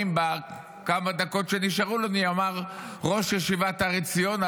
בכמה דקות שנשארו לי מראש ישיבת הר עציון,